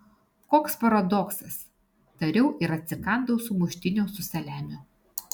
koks paradoksas tariau ir atsikandau sumuštinio su saliamiu